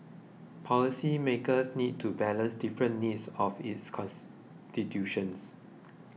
policymakers need to balance different needs of its constituents